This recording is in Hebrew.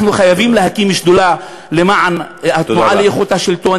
אנחנו חייבים להקים שדולה למען התנועה לאיכות השלטון,